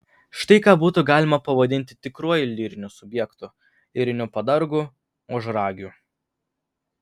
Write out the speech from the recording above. štai ką būtų galima pavadinti tikruoju lyriniu subjektu lyriniu padargu ožragiu